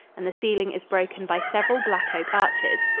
and the ceiling is broken by several black-oak arches.